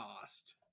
cost